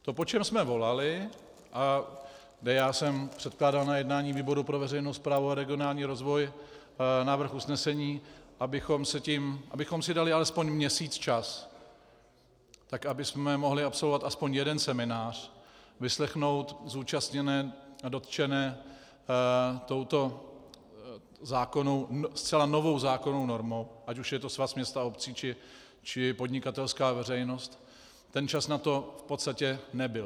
To, po čem jsme volali a kde já jsem předkládal na jednání výboru pro veřejnou správu a regionální rozvoj návrh usnesení, abychom si dali alespoň měsíc čas, tak abychom mohli absolvovat aspoň jeden seminář, vyslechnout zúčastněné a dotčené touto zcela novou zákonnou normou, ať už je to Svaz měst a obcí, či podnikatelská veřejnost, ten čas na to v podstatě nebyl.